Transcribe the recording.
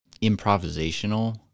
improvisational